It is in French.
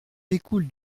découle